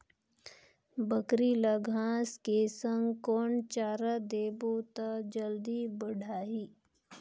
बकरी ल घांस के संग कौन चारा देबो त जल्दी बढाही?